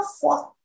fourth